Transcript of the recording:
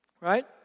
Right